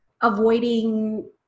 avoiding